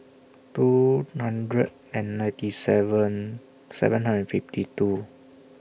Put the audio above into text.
two hundred and ninety seven seven hundred fifty two